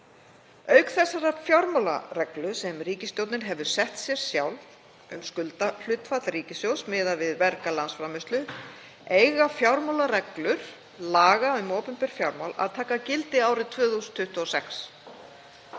Auk þessarar fjármálareglu sem ríkisstjórnin hefur sett sér sjálf, um skuldahlutfall ríkissjóðs miðað við verga landsframleiðslu, eiga fjármálareglur laga um opinber fjármál að taka gildi árið 2026.